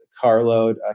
carload